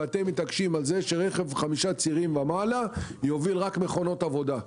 ואתם מתעקשים על זה שרכב חמישה צירים ומעלה יוביל רק מכונות עבודה.